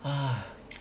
ah